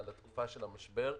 לתקופה של המשבר.